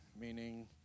meaning